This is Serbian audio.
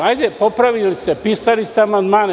Hajde popravite, pisali ste amandmane.